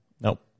Nope